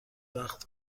وقت